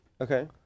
okay